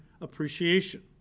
appreciation